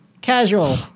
casual